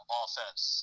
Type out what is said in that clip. offense